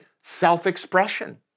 self-expression